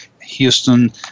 Houston